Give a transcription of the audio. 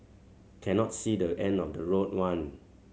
cannot see the end of the road one